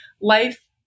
Life